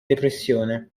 depressione